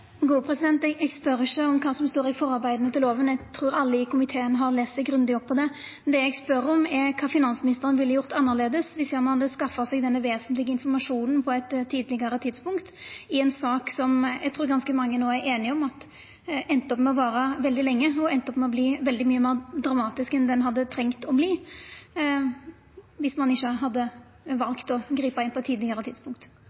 Eg spør ikkje om kva som står i forarbeida til loven, eg trur alle i komiteen har lese seg grundig opp på det, men det eg spør om, er kva finansministeren ville gjort annleis viss han hadde skaffa seg denne vesentlege informasjonen på eit tidlegare tidspunkt, i ei sak som eg trur ganske mange no er einige om enda opp med å vara veldig lenge og bli veldig mykje meir dramatisk enn det ho hadde trengt å verta viss ein hadde valt å gripa inn på eit tidlegare tidspunkt.